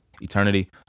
eternity